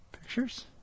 Pictures